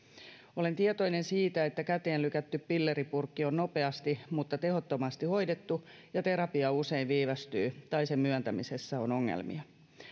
olen tietoinen siitä että käteen lykätty pilleripurkki on nopeasti mutta tehottomasti hoidettu ja terapia usein viivästyy tai sen myöntämisessä on ongelmia